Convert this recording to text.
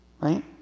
Right